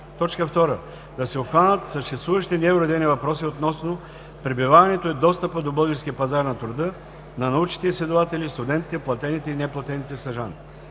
държави; 2. да се обхванат съществуващите неуредени въпроси относно пребиваването и достъпа до българския пазар на труда на научните изследователи, студентите, платените и неплатените стажанти;